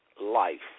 life